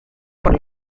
por